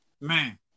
man